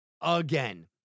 again